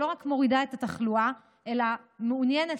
שלא רק מורידה את התחלואה אלא מעוניינת